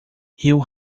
rio